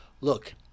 look